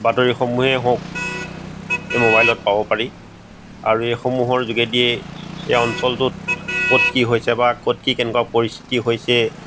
বাতৰিসমূহে হওক এই ম'বাইলত পাব পাৰি আৰু এইসমূহৰ যোগেদিয়ে এই অঞ্চলটোত ক'ত কি হৈছে বা ক'ত কি কেনেকুৱা পৰিস্থিতি হৈছে